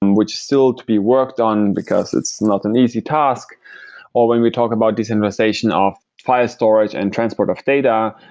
and which is still to be worked on because it's not an easy task or when we talk about decentralization of file storage and transport of data,